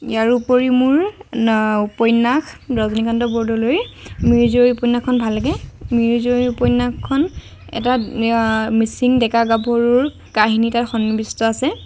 ইয়াৰোপৰি মোৰ উপন্যাস ৰজনীকান্ত বৰদলৈৰ মিৰিজীয়ৰী উপন্যাসখন ভাল লাগে মিৰিজীয়ৰী উপন্যাসখন এটা মিছিং ডেকা গাভৰুৰ কাহিনী তাত সন্নিৱিষ্ট আছে